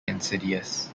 insidious